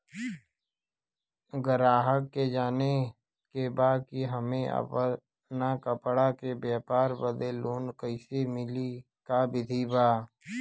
गराहक के जाने के बा कि हमे अपना कपड़ा के व्यापार बदे लोन कैसे मिली का विधि बा?